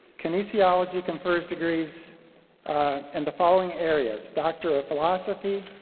kinesiology confers degrees in the following areas, doctor of philosophy,